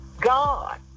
God